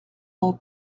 ton